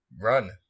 run